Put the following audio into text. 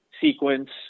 sequence